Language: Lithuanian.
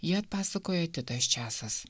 jį atpasakoja titas česas